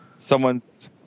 someone's